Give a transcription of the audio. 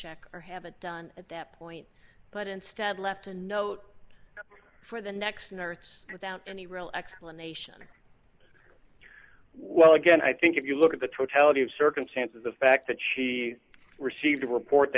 check or have a done at that point but instead left a note for the next nurse without any real explanation well again i think if you look at the totality of circumstances the fact that she received a report